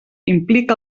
implica